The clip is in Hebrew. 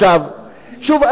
שוב,